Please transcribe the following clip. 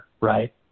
right